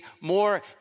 more